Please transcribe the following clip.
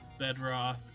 Bedroth